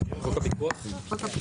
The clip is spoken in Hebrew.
חוק הפיקוח?